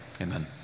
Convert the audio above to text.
amen